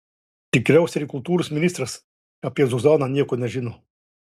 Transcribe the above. tikriausiai ir kultūros ministras apie zuzaną nieko nežino